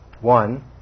one